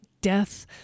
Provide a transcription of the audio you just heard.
death